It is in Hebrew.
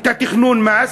את תכנון המס,